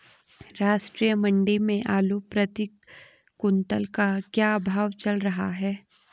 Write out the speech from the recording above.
राष्ट्रीय मंडी में आलू प्रति कुन्तल का क्या भाव चल रहा है?